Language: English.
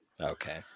Okay